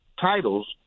titles